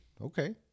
Okay